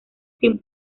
sin